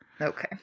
Okay